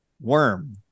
worm